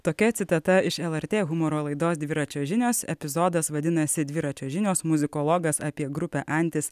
tokia citata iš lrt humoro laidos dviračio žinios epizodas vadinasi dviračio žinios muzikologas apie grupę antis